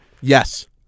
Yes